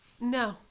no